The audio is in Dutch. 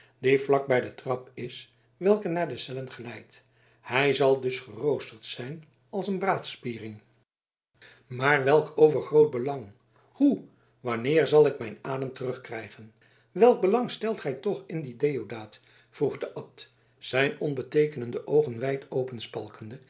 die vlak bij de trap is welke naar de cellen geleidt hij zal dus geroost zijn als een braadspiering maar welk overgroot belang hoe wanneer zal ik mijn adem terugkrijgen welk belang stelt gij toch in dien deodaat vroeg de abt zijn onbeteekenende oogen wijd